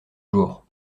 jour